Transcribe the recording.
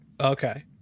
Okay